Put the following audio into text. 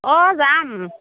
অ' যাম